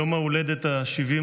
יום ההולדת ה-75